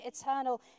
eternal